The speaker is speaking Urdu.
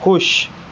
خوش